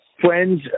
friends